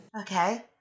Okay